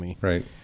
Right